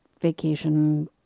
vacation